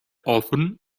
often